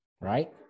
right